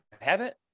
habit